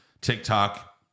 tiktok